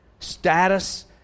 status